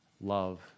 Love